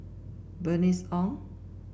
Bernice Ong